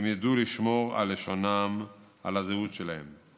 הם ידעו לשמור על לשונם, על הזהות שלהם.